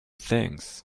things